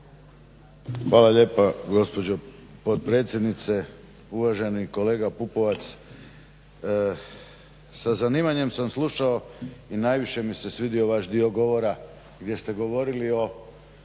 Hvala lijepa gospođo potpredsjednice. Uvaženi kolega Pupovac, sa zanimanjem sam slušao i najviše mi se svidio vaš dio govora gdje ste govorili